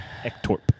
Ektorp